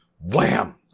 wham